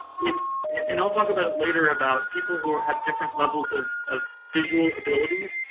if. and i'll talk about it later about people who have different levels of of visual abilities.